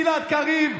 גלעד קריב,